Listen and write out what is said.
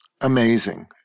Amazing